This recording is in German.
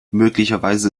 möglicherweise